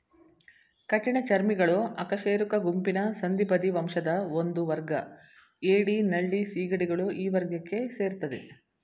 ಕಠಿಣಚರ್ಮಿಗಳು ಅಕಶೇರುಕ ಗುಂಪಿನ ಸಂಧಿಪದಿ ವಂಶದ ಒಂದುವರ್ಗ ಏಡಿ ನಳ್ಳಿ ಸೀಗಡಿಗಳು ಈ ವರ್ಗಕ್ಕೆ ಸೇರ್ತದೆ